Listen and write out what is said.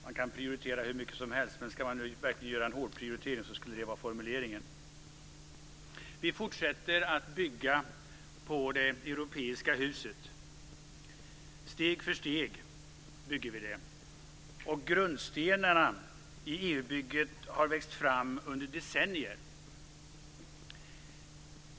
Man kan prioritera hur mycket som helst, men ska man verkligen göra en hårdprioritering skulle det vara formuleringen. Vi fortsätter att bygga på det europeiska huset. Steg för steg bygger vi det. Grundstenarna i EU bygget har växt fram under decennier.